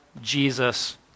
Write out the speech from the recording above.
Jesus